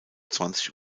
zwanzig